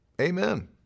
Amen